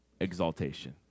exaltation